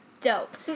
dope